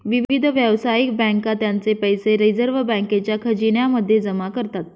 विविध व्यावसायिक बँका त्यांचे पैसे रिझर्व बँकेच्या खजिन्या मध्ये जमा करतात